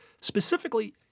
specifically